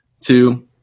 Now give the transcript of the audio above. two